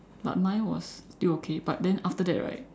but mine was still okay but then after that right